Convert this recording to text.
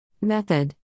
Method